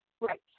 Right